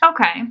Okay